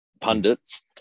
pundits